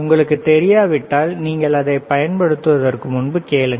உங்களுக்குத் தெரியாவிட்டால் நீங்கள் அதைப் பயன்படுத்துவதற்கு முன்பு கேளுங்கள்